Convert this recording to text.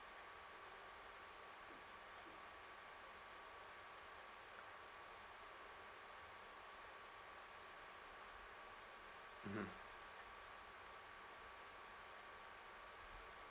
mm